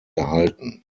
erhalten